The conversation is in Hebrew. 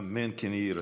אמן כן יהי רצון.